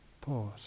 Pause